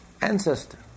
ancestor